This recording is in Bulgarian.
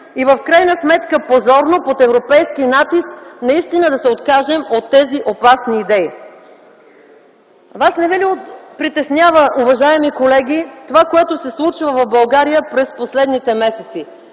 и в крайна сметка позорно, под европейски натиск наистина да се откажем от тези опасни идеи. Вас не ви ли притеснява, уважаеми колеги, това, което се случва в България, през последните месеци?